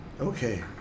Okay